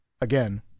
again